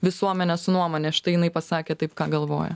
visuomenės nuomonė štai jinai pasakė taip ką galvoja